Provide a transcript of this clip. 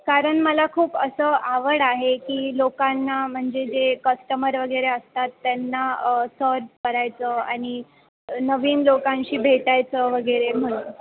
कारण मला खूप असं आवड आहे की लोकांना म्हणजे जे कस्टमर वगैरे असतात त्यांना सर्व करायचं आणि नवीन लोकांशी भेटायचं वगैरे म्हण